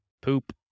poop